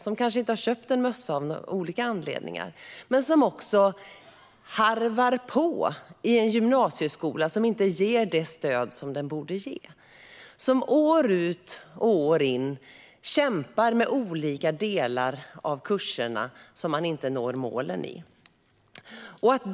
De kanske inte har köpt en mössa av olika anledningar. De harvar på i en gymnasieskola som inte ger det stöd som den borde ge. De kämpar år ut och år in med olika delar av kurserna som de inte når målen i. Fru talman!